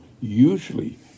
usually